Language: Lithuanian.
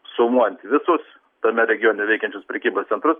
sumuojant visus tame regione veikiančius prekybos centrus